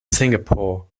singapore